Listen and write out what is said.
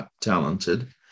talented